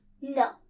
No